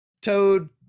Toad